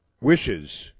wishes